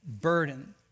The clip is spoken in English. burden